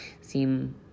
seem